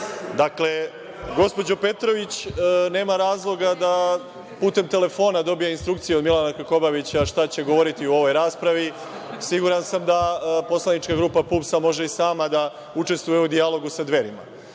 čuje. Dakle, gospođo Petrović, nema razloga da putem telefona dobija instrukcije od Milana Krkobabića, šta će govoriti u ovoj raspravi. Siguran da poslanička grupa PUPS može i sama da učestvuje u dijalogu sa Dverima. Dakle,